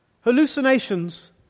Hallucinations